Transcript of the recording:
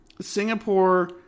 Singapore